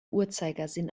uhrzeigersinn